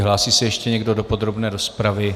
Hlásí se ještě někdo do podrobné rozpravy?